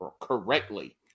correctly